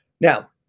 Now